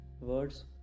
words